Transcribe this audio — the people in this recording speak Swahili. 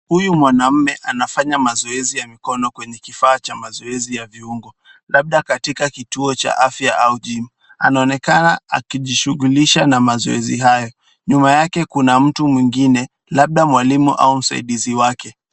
Huyu mwanaume anafanya mazoezi ya mikono kwenye kifaa cha mazoezi ya viungo, labda katika chumba cha afya au gym . Anaonekana akijishughulisha na mazoezi hayo. Nyuma yake kuna mtu mwingine labda mwalimu au msaidizi wake.